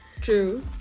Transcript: True